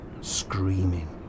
Screaming